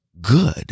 good